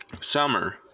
Summer